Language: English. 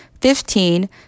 fifteen